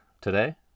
today